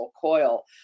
coil